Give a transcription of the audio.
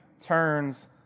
turns